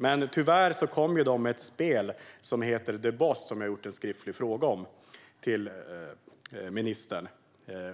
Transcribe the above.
Men tyvärr kom de med ett spel, The Boss, som jag har framställt en skriftlig fråga om till ministern